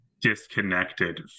disconnected